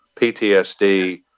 PTSD